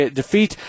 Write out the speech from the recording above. defeat